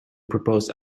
proposed